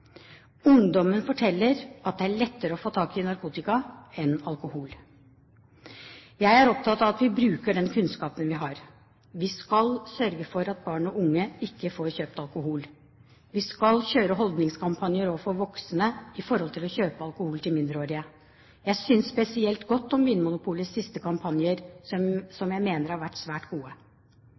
Ungdommen forteller at det er lettere å få tak i narkotika enn alkohol. Jeg er opptatt av at vi bruker den kunnskapen vi har. Vi skal sørge for at barn og unge ikke får kjøpt alkohol. Vi skal kjøre holdningskampanjer overfor voksne når det gjelder å kjøpe alkohol til mindreårige. Jeg synes spesielt godt om Vinmonopolets siste kampanjer, som jeg mener har vært svært gode.